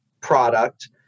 product